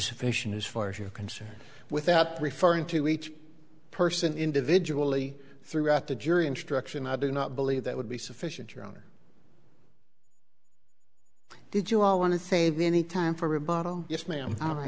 sufficient as far as you're concerned without referring to each person individually throughout the jury instruction i do not believe that would be sufficient your honor did you all want to say that any time for rebuttal yes ma'am i